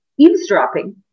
eavesdropping